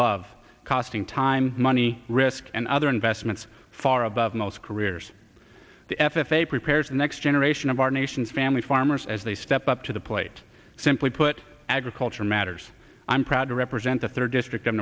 love costing time money risk and other investments far above most careers f f a prepares the next generation of our nation's family farmers as they step up to the plate simply put agriculture matters i'm proud to represent the third district